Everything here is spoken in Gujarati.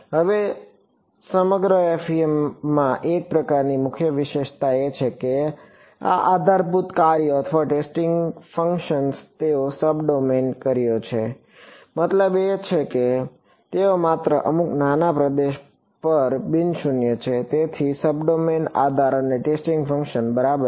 હવે સમગ્ર FEM માં એક પ્રકારની મુખ્ય વિશેષતાઓ એ છે કે આ આધારભૂત કાર્યો અથવા ટેસ્ટિંગ ફંક્શન્સ તેઓ સબ ડોમેન કાર્યો છે મતલબ કે તેઓ માત્ર અમુક નાના પ્રદેશ પર બિન શૂન્ય છે તેથી સબ ડોમેન આધાર અને ટેસ્ટિંગ ફંક્શન્સ બરાબર છે